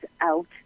out